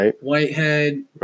Whitehead